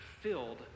filled